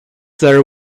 their